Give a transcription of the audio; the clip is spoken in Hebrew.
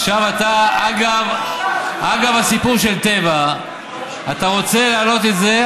עכשיו, אגב הסיפור של טבע, אתה רוצה להעלות את זה.